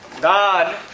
God